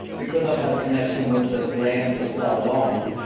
because i've had a connection with this land for so long,